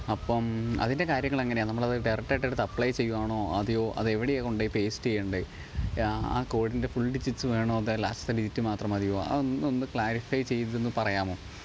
അപ്പോള് അതിന്റെ കാര്യങ്ങളെങ്ങനെയാണ് നമ്മളത് ഡയറക്റ്റായിട്ടെടുത്ത് അപ്ളൈ ചെയ്യുവാണോ അതെയോ അതെവിടെയാ കൊണ്ടുപോയി പേയ്സ്റ്റെയ്യണ്ടെ ആ കോഡിന്റെ ഫുള് ഡിജിറ്റ്സ് വേണോ അതോ ലാസ്റ്റ്ത്തെ ഡിജിറ്റ് മാത്രം മതിയോ അതൊന്നൊന്ന് ക്ലാരിഫൈ ചെയ്തൊന്നു പറയാമോ